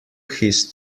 his